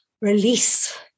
release